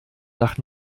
nach